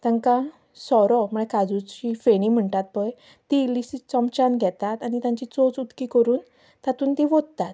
तांकां सोरो म्हणजे काजूची फेणी म्हणटात पय ती इल्लीशी चमचान घेतात आनी तांची चोंच उकती करून तातून ती ओततात